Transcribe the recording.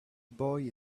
boy